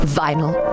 vinyl